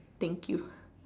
thank you